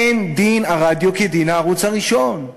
אין דין הרדיו כדין הערוץ הראשון.